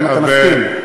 אתה מסכים?